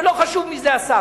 ולא חשוב מי זה השר,